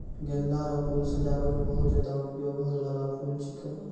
गेंदा रो फूल सजाबट मे बहुत ज्यादा उपयोग होय बाला फूल छिकै